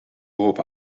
hopen